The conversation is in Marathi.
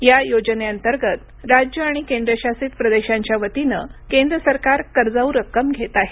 या योजनेअंतर्गत राज्य आणि केंद्रशासित प्रदेशांच्यावतीनं केंद्र सरकार कर्जाऊ रक्कम घेत आहे